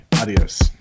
adios